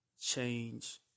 change